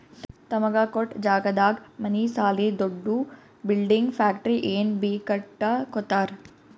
ತಮಗ ಕೊಟ್ಟ್ ಜಾಗದಾಗ್ ಮನಿ ಸಾಲಿ ದೊಡ್ದು ಬಿಲ್ಡಿಂಗ್ ಫ್ಯಾಕ್ಟರಿ ಏನ್ ಬೀ ಕಟ್ಟಕೊತ್ತರ್